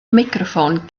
meicroffon